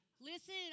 Listen